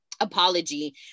apology